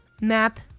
map